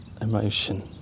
emotion